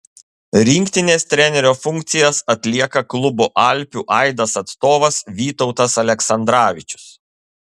rinktinės trenerio funkcijas atlieka klubo alpių aidas atstovas vytautas aleksandravičius